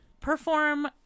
perform